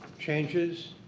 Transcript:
changes,